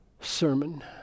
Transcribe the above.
sermon